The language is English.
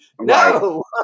No